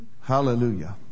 Hallelujah